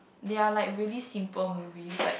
they are like really simple movies like